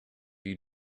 you